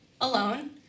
alone